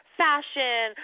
fashion